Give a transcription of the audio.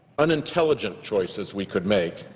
unintelligent choices we could make,